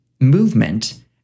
movement